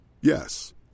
Yes